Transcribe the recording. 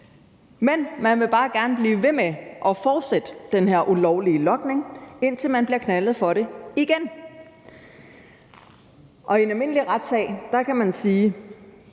Men man vil bare gerne blive ved med og fortsætte den her ulovlige logning, indtil man bliver knaldet for det igen. I en almindelig retssag ville sådan et